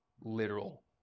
literal